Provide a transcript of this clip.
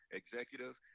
executive